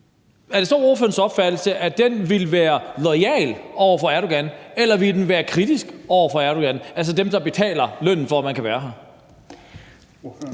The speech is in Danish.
er det så ordførerens opfattelse, at den ville være loyal over for Erdogan, eller ville den være kritisk over for Erdogan, altså dem, der betaler lønnen for, at man kan være her?